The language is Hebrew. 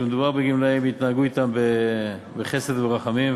שכשמדובר בגמלאים יתנהגו אתם בחסד וברחמים,